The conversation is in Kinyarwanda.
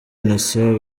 innocent